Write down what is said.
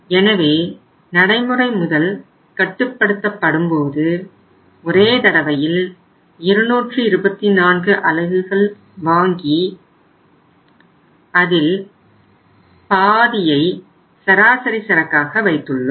எனவே நடைமுறை முதல் கட்டுபடுத்தப்படும்போது ஒரே தடவையில் 224 அலகுகள் வாங்கி அதில் பாதியை சராசரி சரக்காக வைத்துள்ளோம்